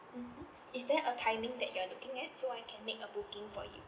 mmhmm is there a timing that you are looking at so I can make a booking for you